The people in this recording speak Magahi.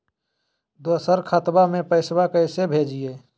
दोसर खतबा में पैसबा कैसे भेजिए?